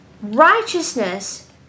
Righteousness